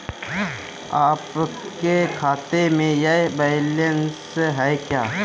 आपके खाते में यह बैलेंस है क्या?